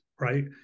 right